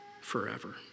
forever